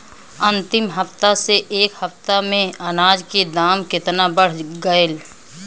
अंतिम हफ्ता से ए हफ्ता मे अनाज के दाम केतना बढ़ गएल?